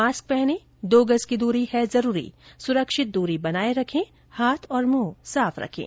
mask पहनें दो गज की दूरी है जरूरी सुरक्षित दूरी बनाए रखें हाथ और मुंह साफ रखें